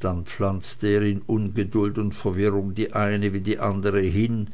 dann pflanzte er in ungeduld und verwirrung die eine wie die andere hin